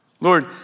Lord